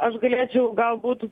aš galėčiau galbūt